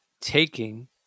taking